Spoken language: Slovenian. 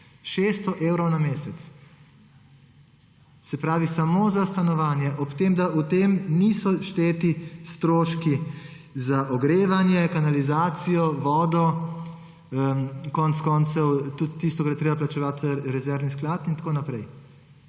600 evrov na mesec samo za stanovanje. Ob tem, da v to niso všteti stroški za ogrevanje, kanalizacijo, vodo, konec koncev tudi tisto, kar je treba plačevati v rezervni sklad in tako naprej.